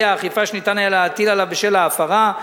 האכיפה שהיה אפשר להטיל עליו בשל ההפרה.